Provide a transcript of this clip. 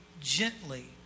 gently